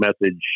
message